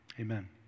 Amen